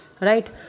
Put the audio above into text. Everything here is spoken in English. right